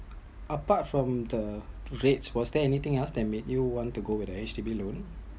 apart from the rate was there anything else that make you want to go with the HDB loan